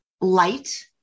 light